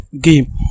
game